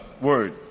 word